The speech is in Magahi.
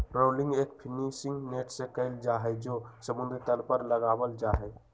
ट्रॉलिंग एक फिशिंग नेट से कइल जाहई जो समुद्र तल पर लगावल जाहई